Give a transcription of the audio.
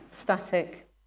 static